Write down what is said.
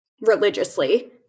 religiously